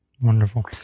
Wonderful